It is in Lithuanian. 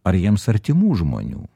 ar jiems artimų žmonių